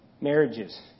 marriages